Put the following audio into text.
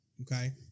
Okay